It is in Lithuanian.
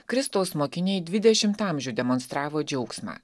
kristaus mokiniai dvidešimt amžių demonstravo džiaugsmą